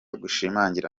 gushimangira